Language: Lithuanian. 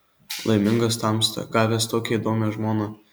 laimingas tamsta gavęs tokią įdomią žmoną